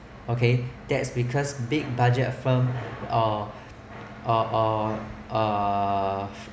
okay that's because big budget firm s(uh) uh uh uh